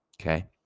Okay